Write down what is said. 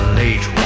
late